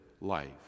life